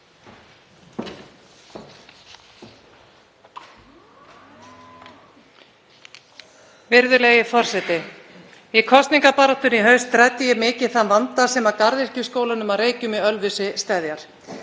Virðulegi forseti. Í kosningabaráttunni í haust ræddi ég mikið þann vanda sem að Garðyrkjuskólanum á Reykjum í Ölfusi steðjar.